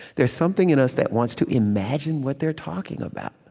there's something in us that wants to imagine what they're talking about.